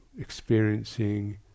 experiencing